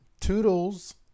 toodles